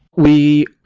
we